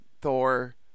thor